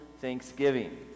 Thanksgiving